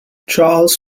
charles